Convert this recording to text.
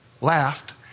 laughed